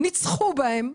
ניצחו בהם.